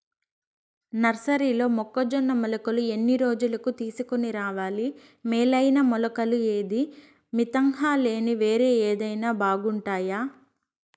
నర్సరీలో మొక్కజొన్న మొలకలు ఎన్ని రోజులకు తీసుకొని రావాలి మేలైన మొలకలు ఏదీ? మితంహ లేదా వేరే ఏదైనా బాగుంటుందా?